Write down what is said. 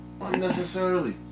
Unnecessarily